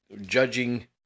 judging